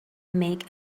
make